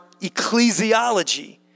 ecclesiology